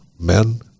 men